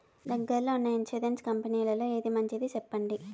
దగ్గర లో ఉన్న ఇన్సూరెన్సు కంపెనీలలో ఏది మంచిది? సెప్పండి?